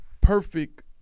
perfect